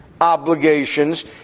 obligations